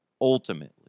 Ultimately